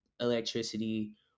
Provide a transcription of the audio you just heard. electricity